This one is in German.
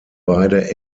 beide